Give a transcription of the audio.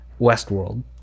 Westworld